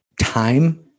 time